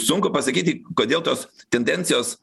sunku pasakyti kodėl tos tendencijos